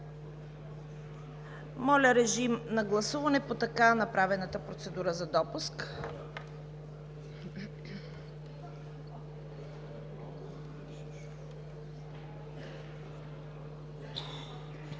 Моля, режим на гласуване по така направената процедура за допуск.